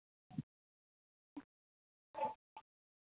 یس sir Osama mobile centre سے بول رہے ہیں کیا خدمت کریں آپ کی